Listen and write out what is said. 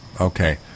Okay